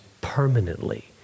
permanently